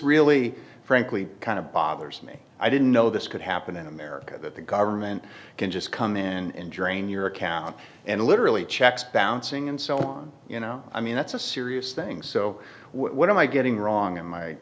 really frankly kind of bothers me i didn't know this could happen in america that the government can just come in and drain your account and literally checks bouncing and so on you know i mean that's a serious thing so what am i getting wrong in my